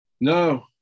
no